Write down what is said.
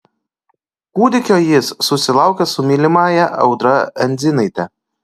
kūdikio jis susilaukė su mylimąja audra endzinaite